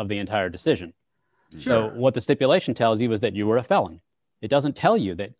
of the entire decision so what the stipulation tell you was that you were a felon it doesn't tell you that